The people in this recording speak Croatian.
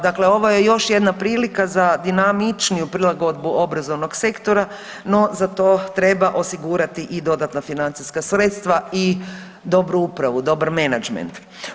Dakle, ovo je još jedna prilika za dinamičniju prilagodbu obrazovnog sektora no za to treba osigurati i dodatna financijska sredstva i dobru upravu, dobar menagement.